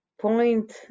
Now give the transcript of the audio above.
point